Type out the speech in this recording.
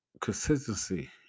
consistency